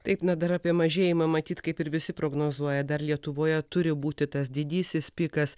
taip na dar apie mažėjimą matyt kaip ir visi prognozuoja dar lietuvoje turi būti tas didysis pikas